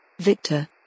Victor